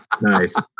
Nice